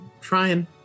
trying